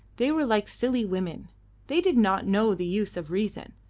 they were like silly women they did not know the use of reason,